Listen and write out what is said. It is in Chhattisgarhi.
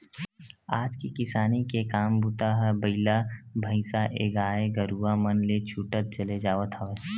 आज के किसानी के काम बूता ह बइला भइसाएगाय गरुवा मन ले छूटत चले जावत हवय